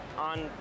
on